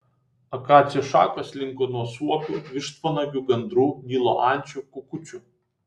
akacijų šakos linko nuo suopių vištvanagių gandrų nilo ančių kukučių